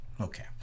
Okay